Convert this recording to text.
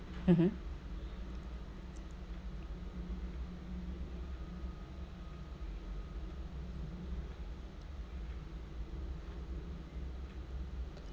mmhmm